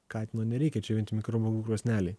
katino nereikia džiovint mikrobangų krosnelėj